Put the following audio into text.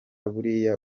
buriya